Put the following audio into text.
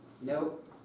Nope